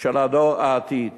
של דור העתיד,